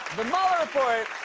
the mueller report,